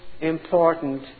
important